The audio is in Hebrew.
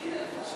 2